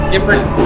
different